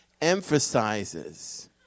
emphasizes